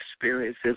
experiences